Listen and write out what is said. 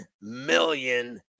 million